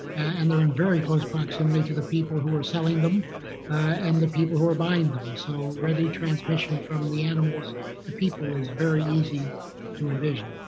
and they're in very close proximity to the people who are selling them and the people who are buying them. so ready transmission from the animals to people is very easy to envision.